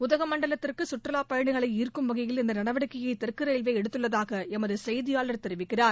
உதகமண்டலத்திற்கு சுற்றுலா பயணிகளை ஈர்க்கும் வகையில் இந்த நடவடிக்கையை தெற்கு ரயில்வே எடுத்துள்ளதாக எமது செய்தியாளர் தெரிவிக்கிறார்